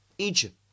Egypt